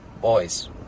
Boys